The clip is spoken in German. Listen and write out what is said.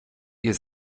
ihr